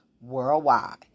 worldwide